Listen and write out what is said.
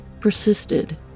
persisted